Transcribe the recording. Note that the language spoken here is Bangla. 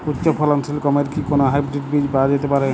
উচ্চ ফলনশীল গমের কি কোন হাইব্রীড বীজ পাওয়া যেতে পারে?